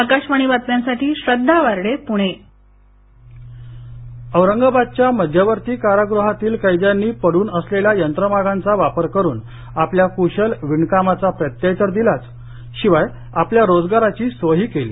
आकाशवाणी बातम्यांसाठी श्रद्धा वार्डे पुणे क्शल विणकाम औरंगाबादच्या मध्यवर्ती कारागृहातील कैद्यांनी पडून असलेल्या यंत्रमागांचा वापर करून आपल्या कुशल विणकामाचा प्रत्यय तर दिलाच शिवाय आपल्या रोजगाराची सोयही केली